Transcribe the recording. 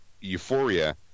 Euphoria